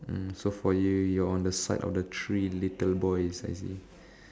um so for you you're on the side of the three little boys I see